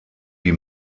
die